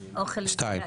ארבעה.